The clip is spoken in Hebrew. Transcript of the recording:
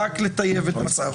רק לטייב את המצב.